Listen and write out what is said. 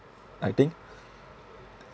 I think